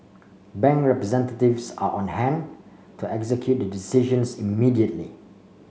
bank representatives are on hand to execute the decisions immediately